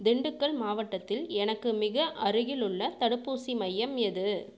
திண்டுக்கல் மாவட்டத்தில் எனக்கு மிக அருகிலுள்ள தடுப்பூசி மையம் எது